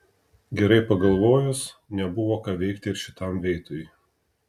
gerai pagalvojus nebuvo ką veikti ir šitam veitui